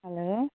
hello